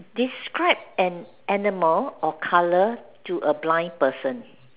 describe an animal or colour to a blind person